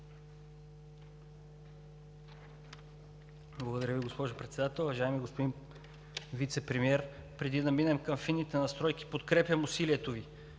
Благодаря Ви, госпожо Председател. Уважаеми господин Вицепремиер, преди да минем към фините настройки, подкрепям усилието Ви